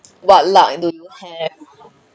what luck do you have